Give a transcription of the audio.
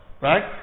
Right